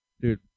Dude